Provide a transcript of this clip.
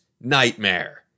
nightmare